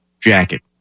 jacket